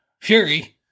Fury